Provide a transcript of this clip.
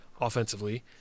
offensively